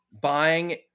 buying